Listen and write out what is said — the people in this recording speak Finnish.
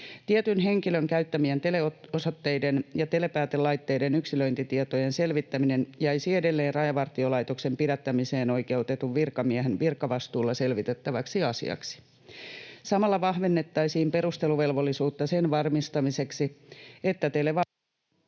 Tietyn henkilön käyttämien teleosoitteiden ja telepäätelaitteiden yksilöintitietojen selvittäminen jäisi edelleen Rajavartiolaitoksen pidättämiseen oikeutetun virkamiehen virkavastuulla selvitettäväksi asiaksi. Samalla vahvennettaisiin perusteluvelvollisuutta sen varmistamiseksi, että... [Puhujan mikrofoni